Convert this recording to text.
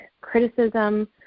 criticism